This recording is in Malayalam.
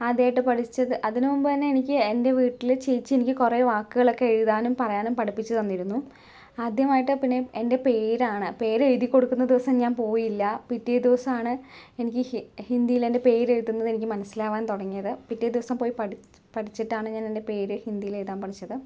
ആദ്യമായിട്ട് പഠിച്ചത് അതിനു മുമ്പ് തന്നെ എനിക്ക് എൻ്റെ വീട്ടില് ചേച്ചി എനിക്ക് കുറെ വാക്കുകളൊക്കെ എഴുതാനും പറയാനും പഠിപ്പിച്ചു തന്നിരുന്നു ആദ്യമായിട്ട് പിന്നെ എൻ്റെ പേരാണ് പേരെഴുതി കൊടുക്കുന്ന ദിവസം ഞാൻ പോയില്ല പിറ്റേ ദിവസമാണ് എനിക്ക് ഹിന്ദ് ഹിന്ദീലെൻ്റെ പേരെഴുതുന്നത് എനിക്ക് മനസ്സിലാവാൻ തുടങ്ങിയത് പിറ്റേ ദിവസം പോയി പഠി പഠിച്ചിട്ടാണ് ഞാനെൻ്റെ പേര് ഹിന്ദീലെഴുതാൻ പഠിച്ചത്